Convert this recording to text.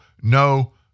no